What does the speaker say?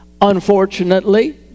unfortunately